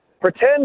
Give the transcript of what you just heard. Pretend